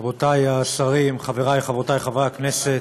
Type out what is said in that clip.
רבותי השרים, חברי וחברותי חברי הכנסת,